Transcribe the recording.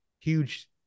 huge